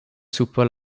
super